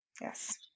Yes